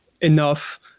enough